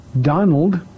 Donald